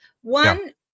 One